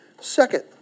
Second